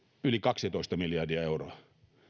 yli kaksitoista miljardia euroa